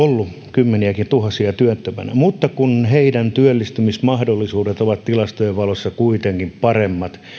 kymmeniätuhansiakin työttömänä että heidän työllistymismahdollisuutensa ovat tilastojen valossa kuitenkin paremmat